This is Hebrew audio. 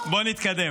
בואו נתקדם.